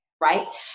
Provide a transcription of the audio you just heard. Right